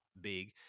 big